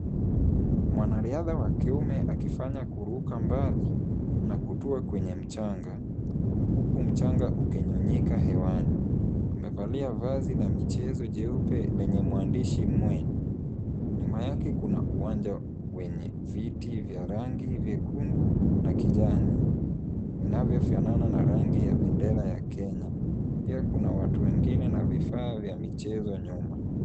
Mwanariadha wa kiume akifanya kurukia mbali na Kuta kwenye mchanga uku mchanga uku ukinyunyika hewani, amevalia vazi la mchezo jeupe lenye mandishi mwen nyuma yake kuna uwancha yenye viti vya rangi vyekundu na kijani inavyo fanana na rangi ya pendera ya Kenya, pia kuna watu wengine na vifaa vya michezo nyuma